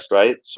right